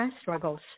struggles